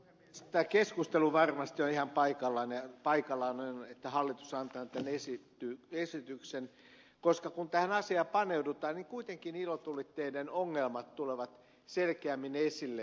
tämä keskustelu varmasti on ihan paikallaan ja se että hallitus on antanut tämän esityksen koska kun tähän asiaan paneudutaan niin kuitenkin ilotulitteiden ongelmat tulevat selkeämmin esille